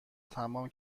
تمام